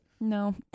No